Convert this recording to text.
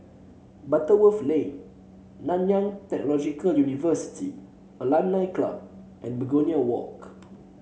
Butterworth Lane Nanyang Technological University Alumni Club and Begonia Walk